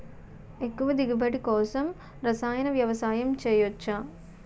ఎక్కువ దిగుబడి కోసం రసాయన వ్యవసాయం చేయచ్చ?